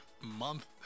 Month